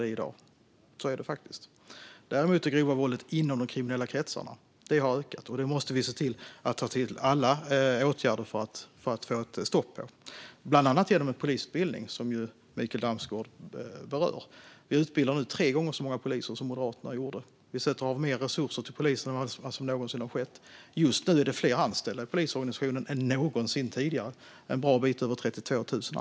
Vi måste ta till alla medel för att stoppa det ökande grova våldet inom de kriminella kretsarna. Det handlar bland annat om polisutbildning, som Mikael Damsgaard berörde. Vi utbildar nu tre gånger så många poliser som Moderaterna gjorde, och vi sätter av mer resurser än någonsin till polisen. Just nu är det fler anställda i polisorganisationen än någonsin tidigare, en bra bit över 32 000.